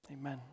amen